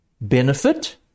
benefit